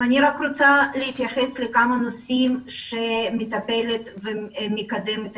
אני רוצה להתייחס לכמה נושאים שמשרד התחבורה מטפל ומקדם.